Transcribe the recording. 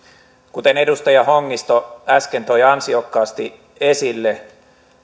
kuten edustaja hongisto äsken toi ansiokkaasti esille